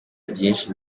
byinshi